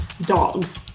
Dogs